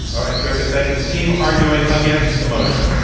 all right. terrific. thank you. the team arguing against the motion.